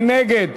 מי נגד?